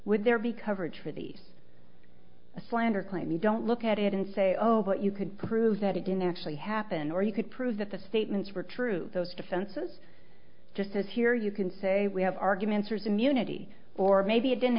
would there be coverage for these a slander claim you don't look at it and say oh but you could prove that it didn't actually happen or you could prove that the statements were true those defenses just as here you can say we have arguments or is immunity or maybe it didn't